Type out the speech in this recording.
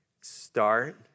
Start